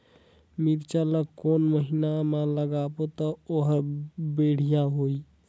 मिरचा ला कोन महीना मा लगाबो ता ओहार बेडिया होही?